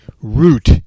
root